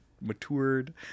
matured